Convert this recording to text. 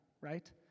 right